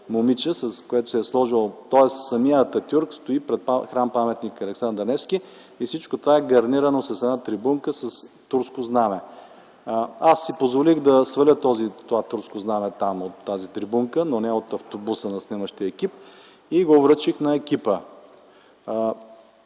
Ето, с тази маска. Тоест самият Ататюрк стои пред храм-паметника „Александър Невски”. Всичко това е гарнирано с една трибунка с турско знаме. Аз си позволих да сваля това турско знаме от тази трибунка, но не от автобуса на снимащия екип, и го връчих на екипа.